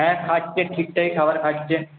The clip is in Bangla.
হ্যাঁ খাচ্ছে ঠিকঠাকই খাবার খাচ্ছে